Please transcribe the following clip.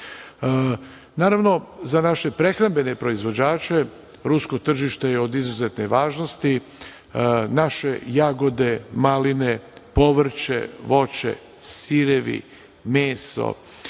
puteva. Naravno, za naše prehrambene proizvođače to tržište je od izuzetne važnosti, naše jagode, maline, povrće, voće, sirevi, meso,